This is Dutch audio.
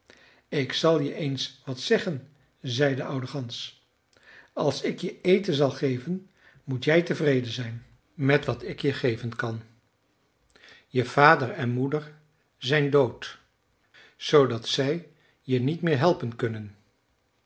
ik zal je eens wat zeggen zei de oude gans als ik je eten zal geven moet jij tevreden zijn met wat ik je geven kan je vader en moeder zijn dood zoodat zij je niet meer helpen kunnen